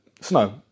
snow